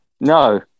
no